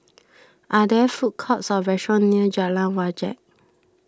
are there food courts or restaurants near Jalan Wajek